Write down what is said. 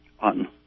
on